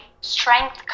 strength